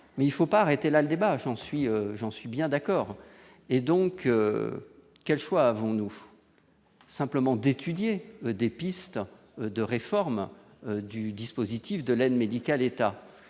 mais il faut pas arrêter là le débat, j'en suis, j'en suis bien d'accord et donc quel choix avons-nous simplement d'étudier des pistes de réforme du dispositif de l'aide médicale État